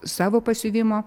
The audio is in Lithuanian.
savo pasiuvimo